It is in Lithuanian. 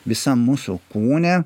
visam mūsų kūne